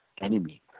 enemy